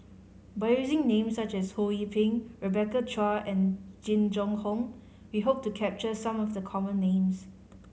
by using names such as Ho Yee Ping Rebecca Chua and Jing Jun Hong we hope to capture some of the common names